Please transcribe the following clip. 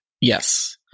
Yes